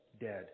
dead